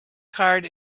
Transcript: card